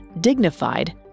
dignified